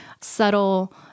subtle